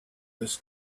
this